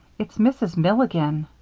it's mrs. milligan!